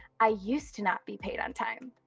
i used to not be paid on time.